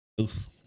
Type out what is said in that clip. Oof